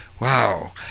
Wow